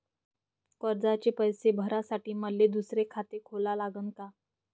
कर्जाचे पैसे भरासाठी मले दुसरे खाते खोला लागन का?